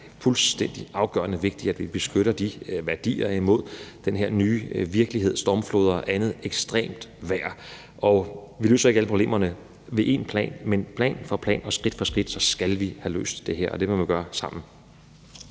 fuldstændig afgørende vigtigt, at vi beskytter de værdier mod den her nye virkelighed med stormfloder og andet ekstremt vejr. Og vi løser ikke alle problemerne ved én plan, men plan for plan og skridt for skridt skal vi have løst det her, og det må vi gøre sammen.